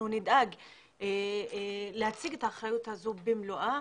נדאג להציג את האחריות הזו במלואה.